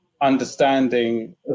understanding